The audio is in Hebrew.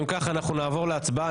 אם כך, אנחנו נעבור להצבעה.